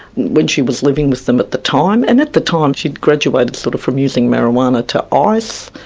when she was living with them at the time. and at the time she'd graduated sort of from using marijuana to ice,